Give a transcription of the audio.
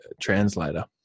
translator